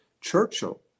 Churchill